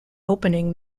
opening